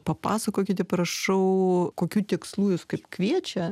papasakokite prašau kokiu tikslu jus kaip kviečia